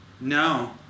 no